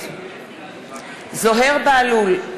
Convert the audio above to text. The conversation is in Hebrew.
זוהיר בהלול,